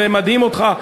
זה מדהים אותך.